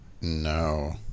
No